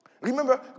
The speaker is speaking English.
Remember